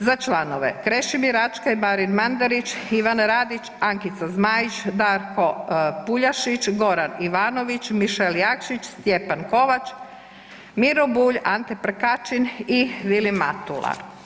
za članove: Krešimir Ačkar, Marin Mandarić, Ivan Radić, Ankica Zmajić, Darko Puljašić, Goran Ivanović, MIšel Jakšić, Stjepan Kovač, Miro Bulj, Ante Prkačin i Vili Matula.